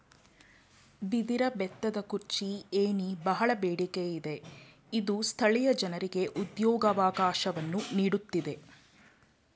ಬಿದಿರ ಬೆತ್ತದ ಕುರ್ಚಿ, ಏಣಿ, ಬಹಳ ಬೇಡಿಕೆ ಇದೆ ಇದು ಸ್ಥಳೀಯ ಜನರಿಗೆ ಉದ್ಯೋಗವಕಾಶವನ್ನು ನೀಡುತ್ತಿದೆ